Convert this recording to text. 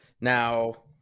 now